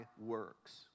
works